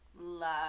love